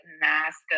mask